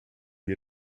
wir